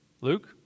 Luke